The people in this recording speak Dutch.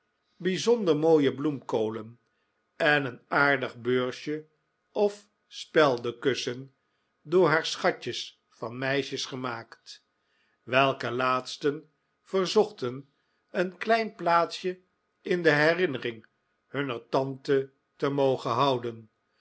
bijzonder mooie bloemkolen en een aardig beursje of speldenkussen door haar schatjes van meisjes gemaakt welke laatsten verzochten een klein plaatsje in de herinnering hunner tante te mogen behouden